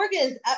organs